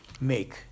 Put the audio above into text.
make